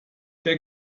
der